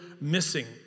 missing